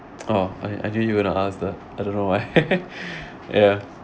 oh I I knew you were gonna ask that I don't know why ya